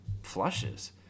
flushes